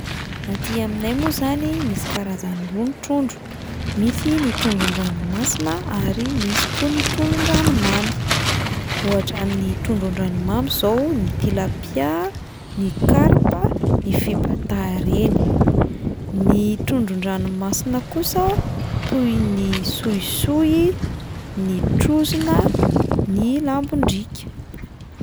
Aty aminay moa zany misy karazany roa ny trondro: misy ny trondron-dranomasina ary misy koa ny trondron-dranomamy, ohatra amin'ny trondron-dranomamy zao ny tilapia, ny karpa, ny fibata ireny; ny trondron-dranomasina kosa toy ny soisoy, ny trozona, ny lambondriaka.